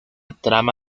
trama